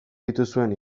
dituzuen